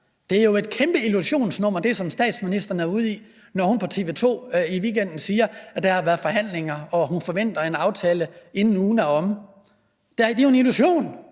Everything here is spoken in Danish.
Det er jo et kæmpe illusionsnummer, som statsministeren er ude i, når hun på TV 2 i weekenden siger, at der har været forhandlinger, og at hun forventer en aftale, inden ugen er omme. Det er jo en illusion.